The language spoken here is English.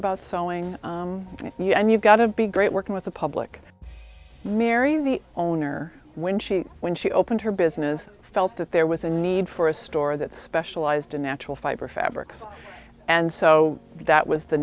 about sewing and you've got to be great working with the public mary the owner when she when she opened her business felt that there was a need for a store that specialized in natural fiber fabrics and so that was the